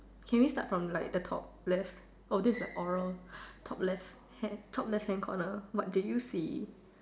can we start from like the top left oh this is like oral top left top left hand corner what do you see